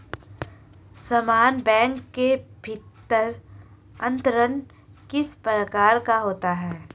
समान बैंक के भीतर अंतरण किस प्रकार का होता है?